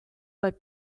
but